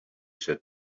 said